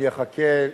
אני אחכה,